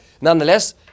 Nonetheless